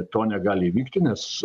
to negali įvykti nes